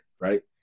right